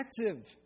active